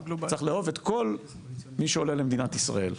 צריך לאהוב את כל מי שעולה למדינת ישראל.